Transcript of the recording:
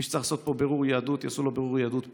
מי שצריך פה בירור יהדות, יעשו לו בירור יהדות פה.